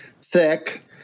thick